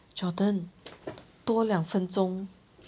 jordan 多两分钟